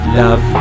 love